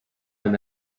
him